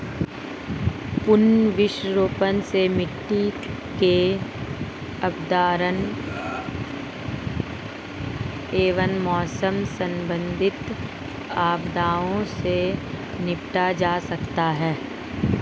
पुनः वृक्षारोपण से मिट्टी के अपरदन एवं मौसम संबंधित आपदाओं से निपटा जा सकता है